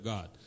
God